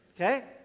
okay